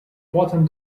bottom